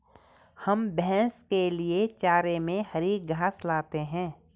हम भैंस के लिए चारे में हरी घास लाते हैं